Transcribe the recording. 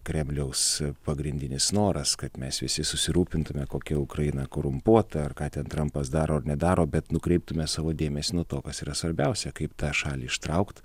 kremliaus pagrindinis noras kad mes visi susirūpintume kokia ukraina korumpuota ar ką ten trampas daro ar nedaro bet nukreiptume savo dėmesį nuo to kas yra svarbiausia kaip tą šalį ištraukt